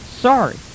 Sorry